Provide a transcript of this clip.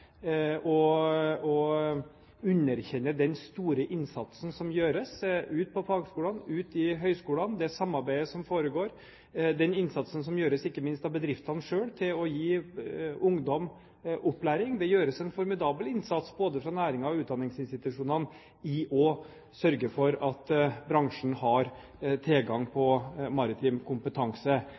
å underkjenne den store innsatsen som gjøres ute i fagskolene, i høyskolene – det samarbeidet som foregår, og den innsatsen som gjøres, ikke minst av bedriftene selv til å gi ungdom opplæring. Det gjøres en formidabel innsats både fra næringen og fra utdanningsinstitusjonene for å sørge for at bransjen har tilgang på maritim kompetanse.